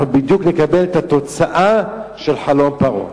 אנחנו נקבל בדיוק את התוצאה של חלום פרעה.